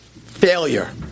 Failure